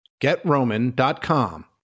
GetRoman.com